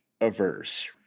Averse